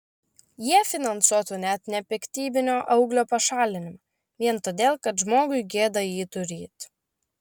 jie finansuotų net nepiktybinio auglio pašalinimą vien todėl kad žmogui gėda jį turėti